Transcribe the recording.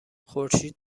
خورشید